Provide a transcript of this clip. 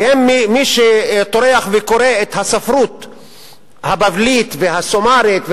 ומי שטורח וקורא את הספרות הבבלית והשומרית,